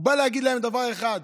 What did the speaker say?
הוא בא להגיד להם דבר אחד: